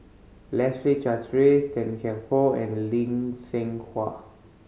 Leslie Charteris Tan Kian Por and Lee Seng Huat